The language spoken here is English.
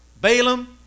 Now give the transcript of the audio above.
Balaam